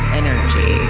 energy